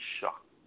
shocked